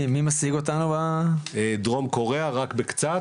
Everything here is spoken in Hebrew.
משיגה אותנו דרום קוריאה רק בקצת,